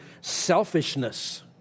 selfishness